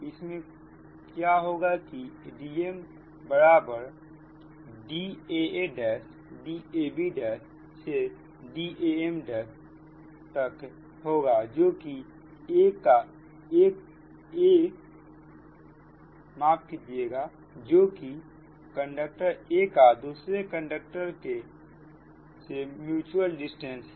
इसमें क्या होगा कि DmDaaDabDamहोगा जो कि कंडक्टर a का दूसरे समूह के कंडक्टर से म्यूच्यूअल डिस्टेंस है